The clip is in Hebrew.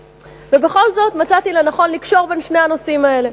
בכל זאת, מצאתי לנכון לקשור בין שני הנושאים האלה